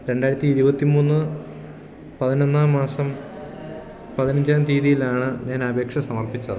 രണ്ടായിരത്തി ഇരുപത്തിമൂന്ന് പതിനൊന്നാം മാസം പതിനഞ്ചാം തീയതിയിലാണ് ഞാനപേക്ഷ സമർപ്പിച്ചത്